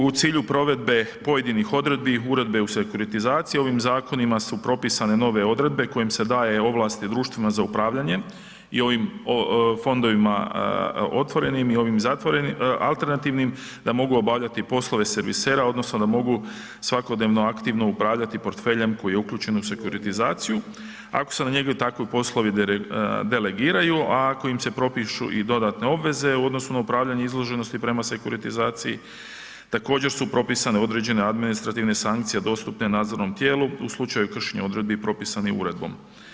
U cilju provedbe pojedinih odredbi uredbe u sekuritizaciji, ovim zakonima su propisane nove odredbe kojim se daje ovlasti društvima za upravljanje i ovim fondovima otvorenim i ovim alternativnim da mogu obavljati poslove servisera odnosno da mogu svakodnevno aktivno upravljati portfeljem koji je uključen u sekuritizaciju ako se na njega takvi poslovi delegiraju a ako im se propišu i dodatne obveze u odnosu na upravljanje izloženosti prema sekuritizaciji, također su propisane određene administrativne sankcije dostupne nadzornom tijelu u slučaju kršenja odredbi propisanih uredbom.